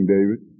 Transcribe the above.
David